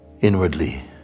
inwardly